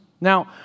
Now